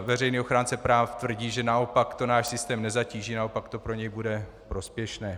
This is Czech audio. Veřejný ochránce práv tvrdí, že naopak to náš systém nezatíží, naopak to pro něj bude prospěšné.